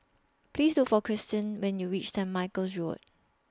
Please Look For Christin when YOU REACH Saint Michael's Road